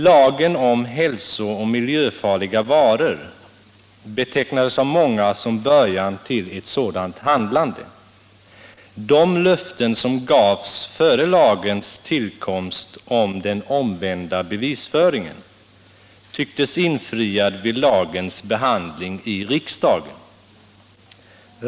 Lagen om hälso och miljöfarliga varor betecknades av många som början till ett sådant handlande. De löften som gavs före lagens tillkomst om den ”omvända bevisföringen” tycktes infriade vid lagens behandling i riksdagen.